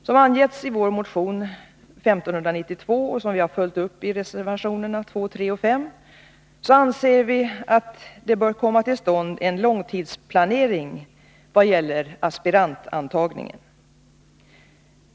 Som angetts i vår motion 1592, som vi har följt upp i reservationerna 2, 3 och 5, anser vi att en långtidsplanering bör komma till stånd vad gäller aspirantantagningen.